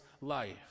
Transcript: life